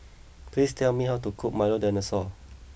please tell me how to cook Milo Dinosaur